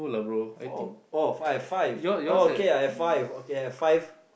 four oh five five oh okay I have five okay I have five